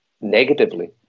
negatively